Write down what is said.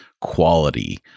quality